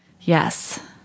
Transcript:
Yes